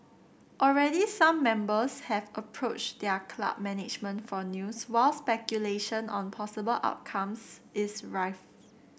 already some members have approached their club management for news while speculation on possible outcomes is rife